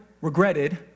regretted